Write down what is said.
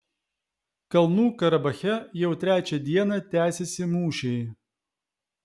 kalnų karabache jau trečią dieną tęsiasi mūšiai